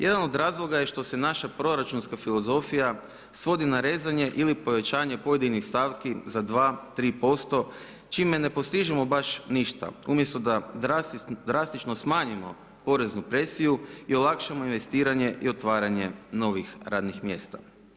Jedan od razloga je i što se naša proračunska filozofija svodi na rezanje ili povećanje pojedinih stavki za 2,3 posto čime ne postižemo baš ništa, umjesto da drastično smanjimo poreznu presiju i olakšamo investiranje i otvaranje novih radnih mjesta.